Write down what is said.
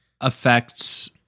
affects